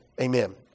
Amen